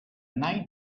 night